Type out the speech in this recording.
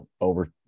Over